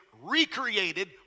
recreated